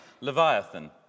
Leviathan